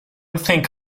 think